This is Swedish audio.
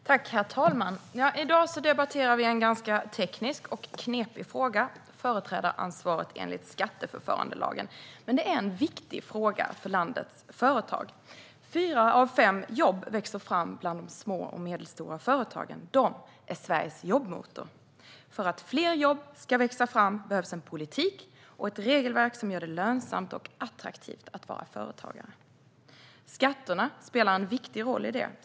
Herr talman! I dag debatterar vi en ganska teknisk och knepig fråga: företrädaransvaret enligt skatteförfarandelagen. Men det är en viktig fråga för landets företag. Fyra av fem jobb växer fram bland de små och medelstora företagen. De är Sveriges jobbmotor. För att fler jobb ska växa fram behövs en politik och ett regelverk som gör det lönsamt och attraktivt att vara företagare. Skatterna spelar en viktig roll i det.